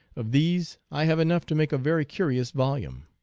of these i have enough to make a very curi ous volume.